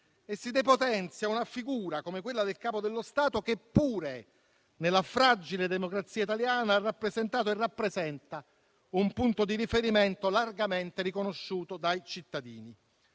e si depotenzia una figura, come quella del Capo dello Stato, che pure nella fragile democrazia italiana ha rappresentato e rappresenta un punto di riferimento largamente riconosciuto dai cittadini.